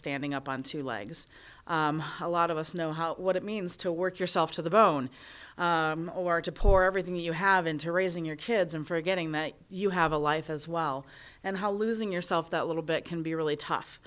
standing up on two legs a lot of us know what it means to work yourself to the bone or to poor everything you have into raising your kids and forgetting that you have a life as well and how losing yourself that little bit can be